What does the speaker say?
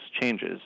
changes